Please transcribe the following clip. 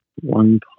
One